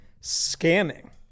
scamming